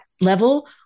level